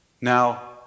Now